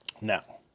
Now